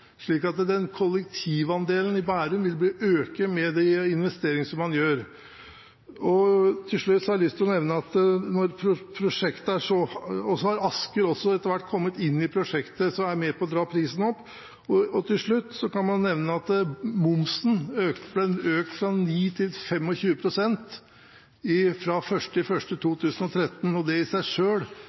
slik at kollektivandelen i Bærum vil øke med de investeringene som man gjør. Så har Asker også etter hvert kommet inn i prosjektet og er med på å dra prisen opp. Til slutt kan man nevne at momsen ble økt fra 9 til 25 pst. fra 1. januar 2013, og det i seg